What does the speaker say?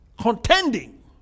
Contending